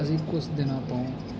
ਅਸੀਂ ਕੁਝ ਦਿਨਾਂ ਤੋਂ